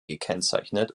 gekennzeichnet